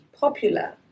popular